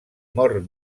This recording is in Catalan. mor